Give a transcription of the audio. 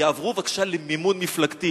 יעברו בבקשה למימון מפלגתי.